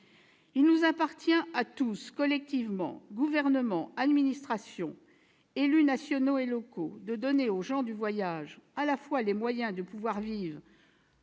Il nous appartient à tous collectivement, Gouvernement, administration, élus nationaux et locaux, de donner aux gens du voyage les moyens de vivre